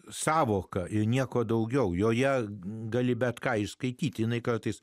sąvoka ir nieko daugiau joje gali bet ką įskaitytinai kartais